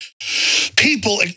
People